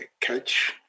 catch